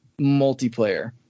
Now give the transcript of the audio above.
multiplayer